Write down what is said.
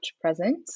present